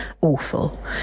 awful